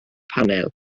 panel